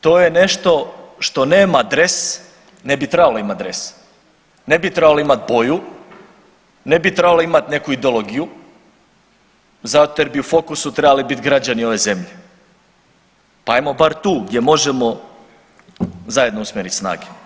To je nešto što nema dres, ne bi trebalo imati dres, ne bi trebalo imati boju, ne bi trebalo imati neku ideologiju zato jer bi u fokusu trebali biti građani ove zemlje, pa ajmo bar tu gdje možemo zajedno usmjeriti snage.